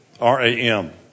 R-A-M